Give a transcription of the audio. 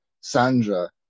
Sandra